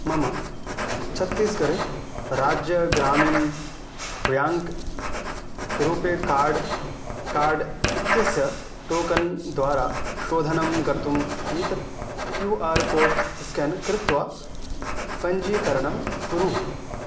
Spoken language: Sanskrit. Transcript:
मम छत्तीस्गर् राज्यग्रामिन् व्याङ्क् रूपे कार्ड् कार्ड् इत्यस्य टोकन् द्वारा शोधनं कर्तुम् एतत् क्यू आर् कोड् स्केन् कृत्वा पञ्चीकरणं कुरु